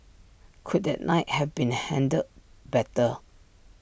could that night have been handled better